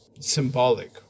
symbolic